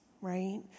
right